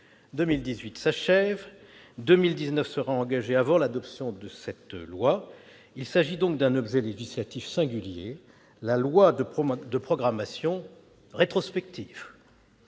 2018 s'achève, et 2019 sera engagée avant l'adoption de cette loi, qui constitue donc un objet législatif singulier, à savoir une loi de programmation rétrospective